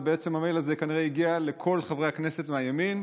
ובעצם המייל הזה כנראה הגיע לכל חברי הכנסת מהימין.